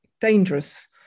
dangerous